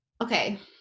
okay